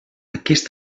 aquest